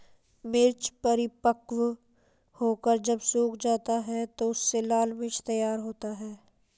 मिर्च परिपक्व होकर जब सूख जाता है तो उससे लाल मिर्च तैयार होता है